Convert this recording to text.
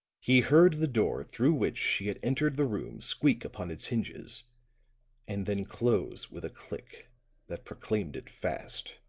he heard the door through which she had entered the room squeak upon its hinges and then close with a click that proclaimed it fast.